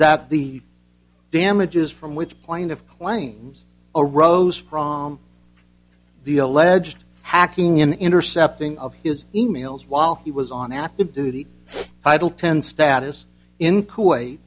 that the damages from which plaintiff claims arose from the alleged hacking in intercepting of his e mails while he was on active duty idle ten status in kuwait